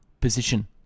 position